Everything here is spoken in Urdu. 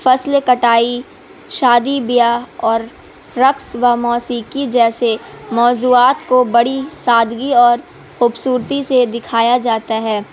فصل کٹائی شادی بیا اور رقص و موسییکی جیسے موضوعات کو بڑی سادگی اور خوبصورتی سے دکھایا جاتا ہے